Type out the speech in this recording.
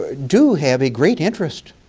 ah do have a great interest